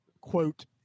quote